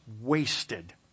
wasted